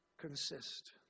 consist